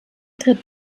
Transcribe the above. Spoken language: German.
tritt